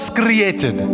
created